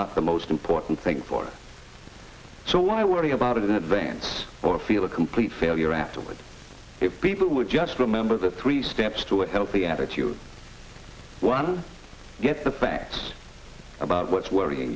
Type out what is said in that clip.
not the most important thing for so why worry about it in advance or feel a complete failure afterward if people would just remember the three steps to a healthy attitude one get the facts about what's worrying